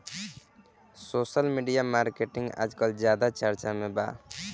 social media marketing आजकल ज्यादा चर्चा में बा